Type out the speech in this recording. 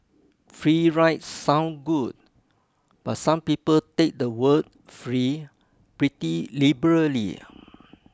free ride sound good but some people take the word free pretty liberally